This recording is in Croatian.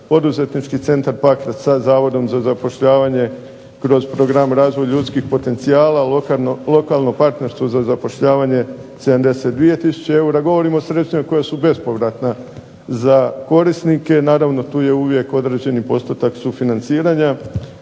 poduzetnički centar Pakrac sa Zavodom za zapošljavanje kroz program razvoj ljudskih potencijala lokalno partnerstvo za zapošljavanje 72 tisuće eura. Govorim o sredstvima koja su bespovratna za korisnike, naravno tu je uvijek određeni postotak sufinanciranja.